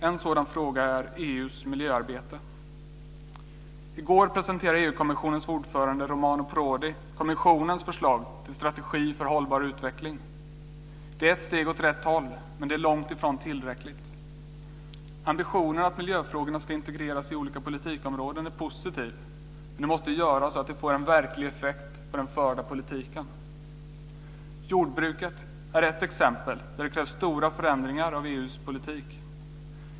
En sådan fråga är EU:s miljöarbete. I går presenterade EU-kommissionens ordförande Romani Prodi kommissionens förslag till strategi för hållbar utveckling. Det är ett steg åt rätt håll, men det är långt ifrån tillräckligt. Ambitionen att miljöfrågorna ska integreras i olika politikområden är positiv, men det måste göras så att det får en verklig effekt på den förda politiken. Jordbruket är ett exempel där det krävs stora förändringar av EU:s politik.